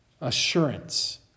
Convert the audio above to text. assurance